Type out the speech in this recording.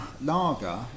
lager